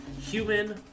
human